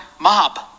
mob